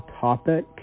topic